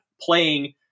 playing –